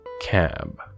Cab